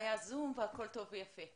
והיה זום והכול טוב ויפה.